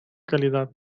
calidad